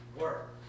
work